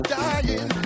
dying